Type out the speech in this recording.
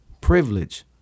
privilege